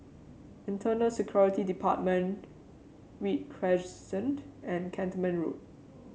Internal Security Department Read Crescent and Cantonment Road